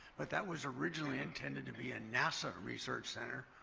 but that was originally intended to be a nasa research center,